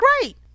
great